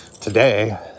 today